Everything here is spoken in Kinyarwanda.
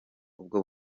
ubwo